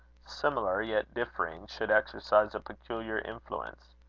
similar, yet differing, should exercise a peculiar influence.